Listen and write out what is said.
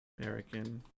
American